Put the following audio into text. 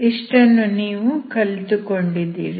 ಇಷ್ಟನ್ನು ನೀವು ಕಲಿತುಕೊಂಡಿದ್ದೀರಿ